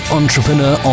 entrepreneur